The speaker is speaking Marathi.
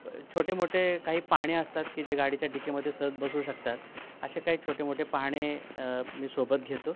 छोटे मोठे काही पाने असतात की जे गाडीच्या डिकीमध्ये सहज बसू शकतात असे काही छोटे मोठे पाने मी सोबत घेतो